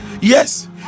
yes